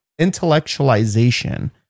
intellectualization